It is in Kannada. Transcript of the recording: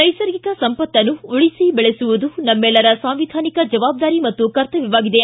ನೈಸರ್ಗಿಕ ಸಂಪತ್ತನ್ನು ಉಳಿಸಿ ಬೆಳೆಸುವುದು ನಮ್ಮೆಲ್ಲರ ಸಂವಿಧಾನಿಕ ಜವಾಬ್ದಾರಿ ಮತ್ತು ಕರ್ತವ್ಯವಾಗಿದೆ